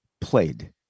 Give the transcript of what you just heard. played